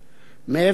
מעבר לכך,